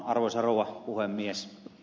arvoisa rouva puhemies